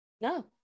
no